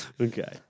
Okay